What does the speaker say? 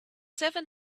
seven